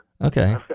Okay